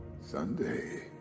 Sunday